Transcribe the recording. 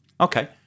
Okay